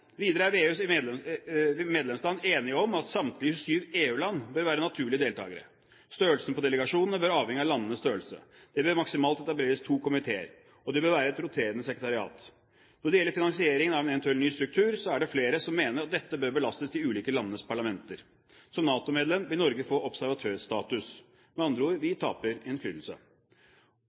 Videre er VEUs medlemsland enige om at samtlige 27 EU- land bør være naturlige deltagere. Størrelsen på delegasjonene bør avhenge av landenes størrelse. Det bør maksimalt etableres to komiteer, og det bør være et roterende sekretariat. Når det gjelder finansieringen av en eventuell ny struktur, er det flere som mener at dette bør belastes de ulike landenes parlamenter. Som NATO-medlem vil Norge få observatørstatus. Med andre ord: Vi taper innflytelse.